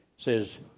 Says